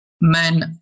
Men